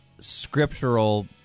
scriptural